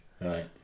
right